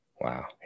Wow